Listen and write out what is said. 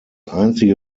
einzige